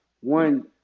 one